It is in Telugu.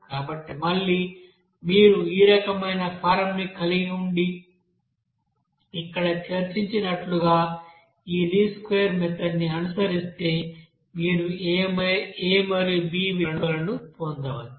కాబట్టి మళ్లీ మీరు ఈ రకమైన ఫారమ్ని కలిగి ఉండి ఇక్కడ చర్చించినట్లుగా ఈ లీస్ట్ స్క్వేర్ మెథడ్ ని అనుసరిస్తే మీరు a మరియు b విలువను పొందవచ్చు